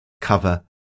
cover